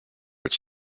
its